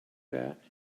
that